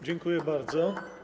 Dziękuję bardzo.